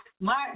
March